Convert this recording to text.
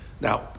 now